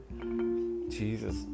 Jesus